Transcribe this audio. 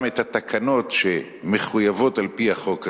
את התקנות שמחויבות על-פי החוק הזה.